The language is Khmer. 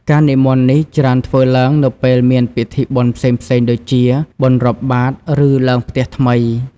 ការនិមន្តនេះ ច្រើនធ្វើឡើងនៅពេលមានពិធីបុណ្យផ្សេងៗដូចជា បុណ្យរាប់បាត្រ ឬឡើងផ្ទះថ្មី។